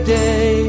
day